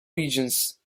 regions